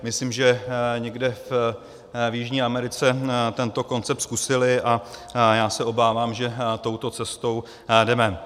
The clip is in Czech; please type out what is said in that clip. Myslím, že někde v Jižní Americe tento koncept zkusili a já se obávám, že touto cestou jdeme.